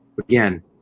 Again